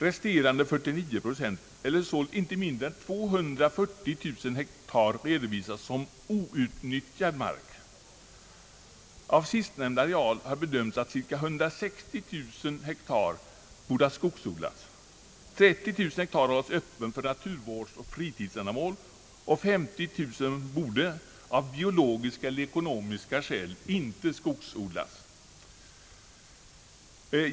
Resterande 49 procent eller inte mindre än 240000 hektar redovisas som outnyttjad mark. Av sistnämnda areal har bedömts att 160 000 hektar borde ha skogsodlats, 30 000 hektar hållas öppen för naturvårdsoch fritidsändamål och 50 000 hektar borde av biologiska eller ekonomiska skäl inte skogsodlas.